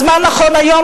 אז מה נכון היום,